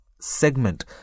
segment